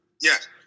Yes